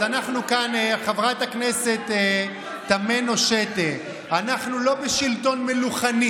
חברת הכנסת תמנו שטה, אנחנו לא בשלטון מלוכני.